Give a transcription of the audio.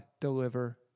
deliver